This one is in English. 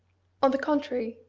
on the contrary,